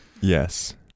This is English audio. Yes